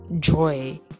joy